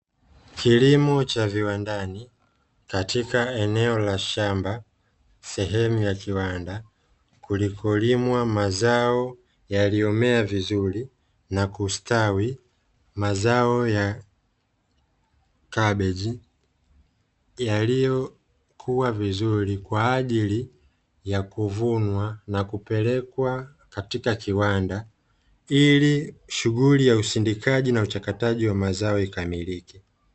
Kilimo cha viwandani katika eneo la shamba sehemu ya kiwanda kulikolimwa mazao yaliyomea vizuri na kustawi, mazao ya kabegi yaliyokua vizuri kwa ajili ya kuvunwa na kupelekwa katika kiwanda ili shughuli ya usindikaji na uchakataji wa mazao ikamilike.